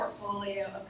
portfolio